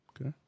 Okay